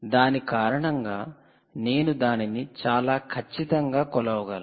దాని కారణంగా నేను దానిని చాలా ఖచ్చితంగా కొలవగలను